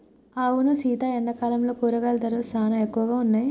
అవును సీత ఎండాకాలంలో కూరగాయల ధరలు సానా ఎక్కువగా ఉన్నాయి